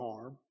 harm